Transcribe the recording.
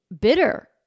bitter